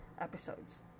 episodes